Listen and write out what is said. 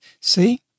See